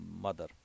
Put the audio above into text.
mother